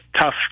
tough